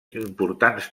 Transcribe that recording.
importants